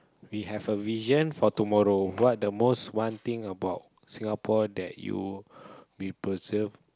we have a vision for tomorrow what are the most one thing about Singapore that you may preserve